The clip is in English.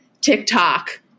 TikTok